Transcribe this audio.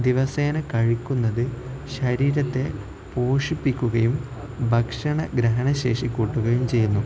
ദിവസേന കഴിക്കുന്നത് ശരീരത്തെ പോഷിപ്പിക്കുകയും ഭക്ഷണ ദഹനശേഷി കൂട്ടുകയും ചെയ്യുന്നു